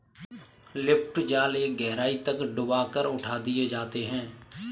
lift जाल एक गहराई तक डूबा कर उठा दिए जाते हैं